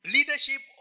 Leadership